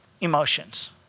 emotions